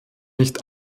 nicht